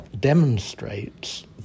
demonstrates